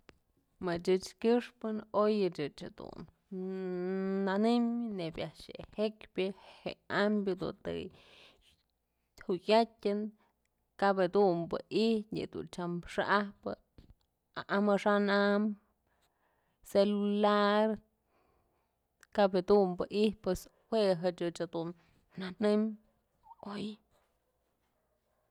Mëch ëch këxpën oy ëch jedun nënëm nebyë jekpyë je'e ambyë dun të jukyatyën kap jedunbë ijtyë yëdun tyam xa'ajpë amaxa'an am celular, kap jedumbë ijtyë pues jue chëch ëch nanëm oy.